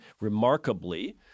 remarkably